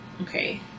okay